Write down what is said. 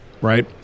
right